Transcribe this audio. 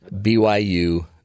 BYU